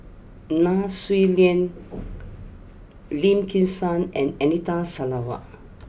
Nai Swee Leng Lim Kim San and Anita Sarawak